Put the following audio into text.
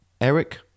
Eric